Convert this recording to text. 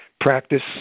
practice